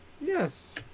Yes